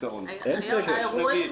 כתבתי.